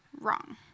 Wrong